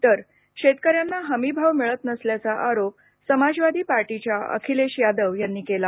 तर शेतकऱ्यांना हमी भाव मिळत नसल्याचा आरोप समजवादी पार्टीच्या अखिलेश यादव यांनी केला